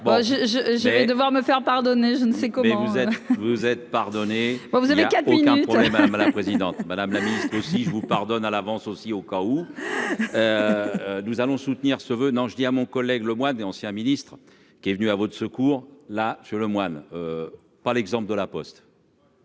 je vais devoir me faire pardonner, je ne sais pas. Mais vous êtes vous êtes pardonnez-moi, vous avez qu'un problème hein à la présidente, madame la ministre, aussi je vous pardonne à l'avance, aussi, au cas où nous allons soutenir ce veut non je dis à mon collègue le mois des ancien ministre qui est venu à votre secours, là je le Moine, par l'exemple de la Poste.